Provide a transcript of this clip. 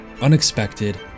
unexpected